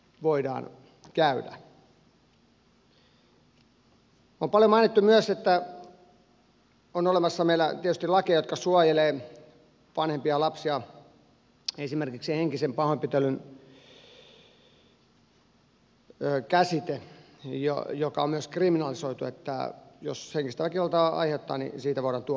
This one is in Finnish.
on paljon mainittu myös että meillä on lakeja jotka suojelevat vanhempia ja lapsia esimerkiksi henkisen pahoinpitelyn käsite joka on myös kriminalisoitu eli jos henkistä väkivaltaa aiheuttaa siitä voidaan tuomita